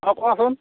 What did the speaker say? অঁ কোৱাচোন